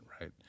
right